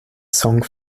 song